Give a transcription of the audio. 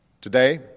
Today